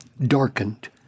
darkened